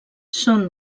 són